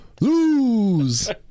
lose